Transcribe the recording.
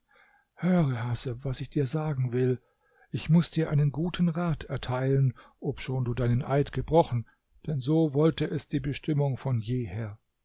höre haseb was ich dir sagen will ich muß dir einen guten rat erteilen obschon du deinen eid gebrochen denn so wollte es die bestimmung von jeher